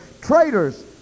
Traitors